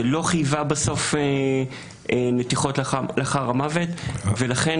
שלא חייבה בסוף נתיחות לאחר המוות ולכן